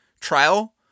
trial